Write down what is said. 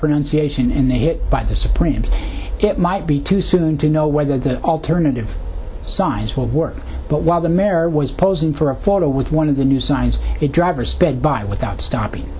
pronunciation in the hit by the supreme it might be too soon to know whether the alternative signs will work but while the mare was posing for a photo with one of the new signs it driver sped by without stopping